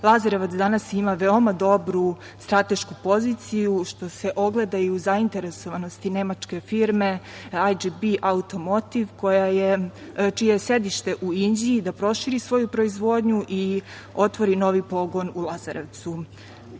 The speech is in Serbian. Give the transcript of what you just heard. Lazarevac danas ima veoma dobru stratešku poziciju, što se ogleda i u zainteresovanosti Nemačke firme IGB Automotive, čije je sedište u Inđiji, da proširi svoju proizvodnju i otvori novi pogon u Lazarevcu. Ova